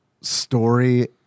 story